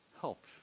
help